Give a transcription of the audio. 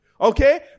Okay